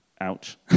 Ouch